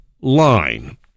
Line